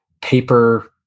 paper